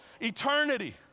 eternity